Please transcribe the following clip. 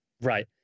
Right